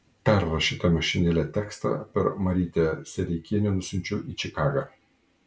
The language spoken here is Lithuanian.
perrašytą mašinėle tekstą per marytę sereikienę nusiunčiau į čikagą